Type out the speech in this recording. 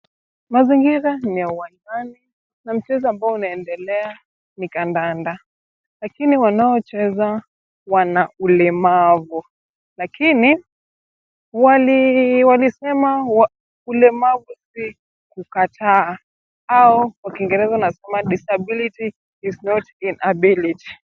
Mazingira ni ya uwanjani na mchezo ambao unaoendelea ni kandanda lakini wanaocheza wana ulemavu lakini walisema ulemavu si kukataa au kwa kiingereza wanasema disability is not inability .